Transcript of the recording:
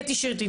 קטי שטרית,